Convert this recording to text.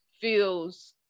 feels